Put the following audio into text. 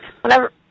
whenever